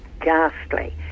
ghastly